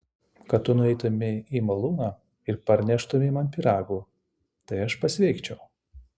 kad tu nueitumei į malūną ir parneštumei man pyragų tai aš pasveikčiau